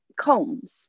combs